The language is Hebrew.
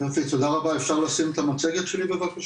תודה רבה, אפשר לשים את המצגת שלי בבקשה.